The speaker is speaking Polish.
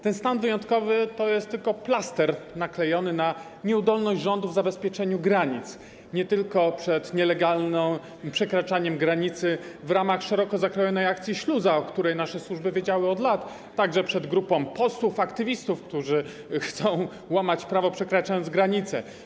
Ten stan wyjątkowy to jest tylko plaster naklejony na nieudolność rządów w zabezpieczaniu granic nie tylko przed nielegalnym przekraczaniem granicy w ramach szeroko zakrojonej akcji „Śluza”, o której nasze służby wiedziały od lat, także przed grupą posłów aktywistów, którzy chcą łamać prawo, przekraczając granicę.